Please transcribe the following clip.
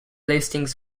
listings